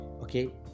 okay